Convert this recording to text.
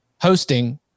hosting